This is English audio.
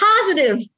positive